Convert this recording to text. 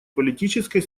политической